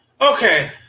Okay